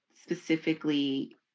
specifically